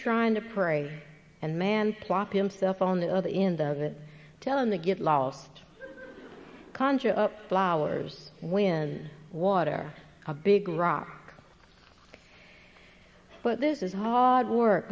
trying to pray and man plop himself on the other in the that tell him to get lost conjure up flowers when water a big rock but this is hard work